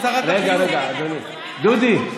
דודי,